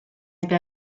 eta